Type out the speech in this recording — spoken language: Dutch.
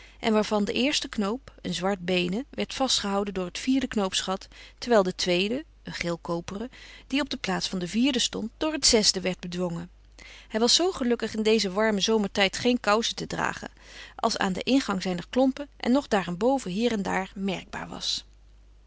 en waarvan de eerste knoop een zwartbeenen werd vastgehouden door het vierde koopsgat terwijl de tweede een geelkoperen die op de plaats van de vierde stond door het zesde werd bedwongen hij was zoo gelukkig in dezen warmen zomertijd geen kousen te dragen als aan den ingang zijner klompen en nog daarenboven hier en daar merkbaar was